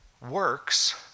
Works